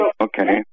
Okay